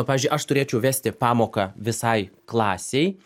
pavyzdžiui aš turėčiau vesti pamoką visai klasei